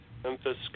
Memphis